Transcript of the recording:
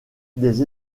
des